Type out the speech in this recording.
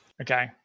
Okay